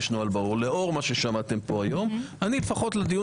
נוהל ברור לאור מה ששמעתם כאן היום אני לפחות לדיון